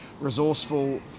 resourceful